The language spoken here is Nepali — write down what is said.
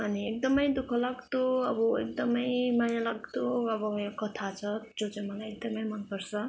अनि एकदमै दुःख लाग्दो अब एकदमै माया लाग्दो अब कथा छ जो चाहिँ मलाई एकदमै मनपर्छ